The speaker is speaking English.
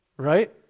Right